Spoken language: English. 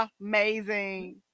amazing